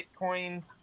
Bitcoin